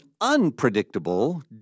unpredictable